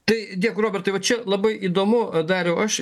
tai dėkui robertai va čia labai įdomu dariau aš